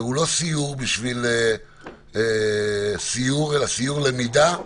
והוא לא סיור בשביל סיור אלא סיור למידה,